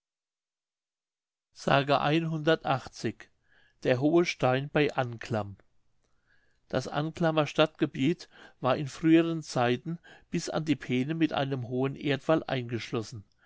der hohe stein bei anklam das anklamer stadtgebiet war in früheren zeiten bis an die peene mit einem hohen erdwall eingeschlossen